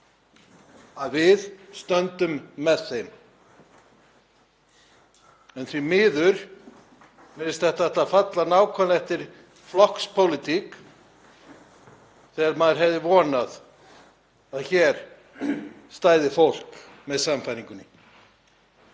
að við stöndum með þeim. En því miður virðist þetta ætla að falla nákvæmlega eftir flokkspólitík þegar maður hefði vonað að hér stæði fólk með sannfæringunni.